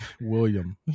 William